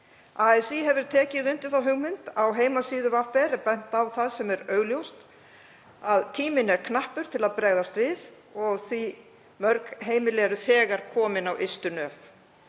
ASÍ hefur tekið undir þá hugmynd. Á heimasíðu VR er bent á það sem er augljóst, að tíminn er knappur til að bregðast við og mörg heimili eru þegar komin á ystu nöf.